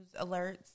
alerts